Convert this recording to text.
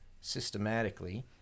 systematically